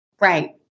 Right